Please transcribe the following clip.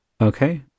Okay